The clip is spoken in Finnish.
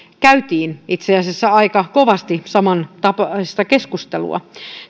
käytiin itse asiassa aika kovasti samantapaista keskustelua